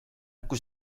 kui